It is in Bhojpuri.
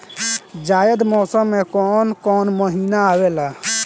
जायद मौसम में काउन काउन महीना आवेला?